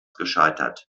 gescheitert